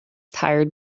tired